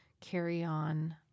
carry-on